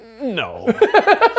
No